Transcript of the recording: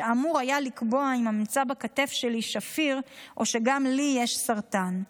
שאמור היה לקבוע אם הממצא בכתף שלי שפיר או שגם לי יש סרטן.